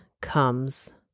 comes